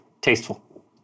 Tasteful